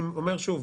ואני אומר שוב,